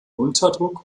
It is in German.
unterdruck